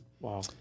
wow